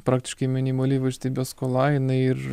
praktiškai minimali valstybės skola jinai ir